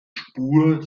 spur